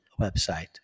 website